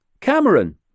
Cameron